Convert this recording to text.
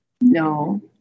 No